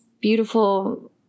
beautiful